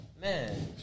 man